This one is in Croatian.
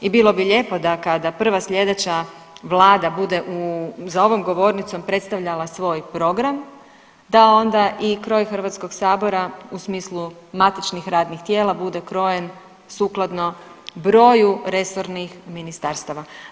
I bilo bi lijepo da kada prva sljedeća Vlada bude za ovom govornicom predstavljala svoj program, da onda i kroj Hrvatskog sabora u smislu matičnih radnih tijela bude krojen sukladno broju resornih ministarstava.